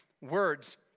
words